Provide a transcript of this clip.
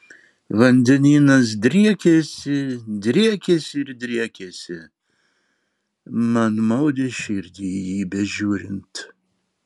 vandenynas driekėsi driekėsi ir driekėsi man maudė širdį į jį bežiūrint